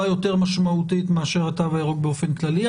יותר משמעותית מאשר התו הירוק באופן כללי.